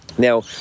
Now